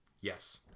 Yes